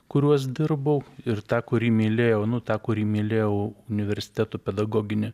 kuriuos dirbau ir tą kurį mylėjau nu tą kurį mylėjau universiteto pedagoginį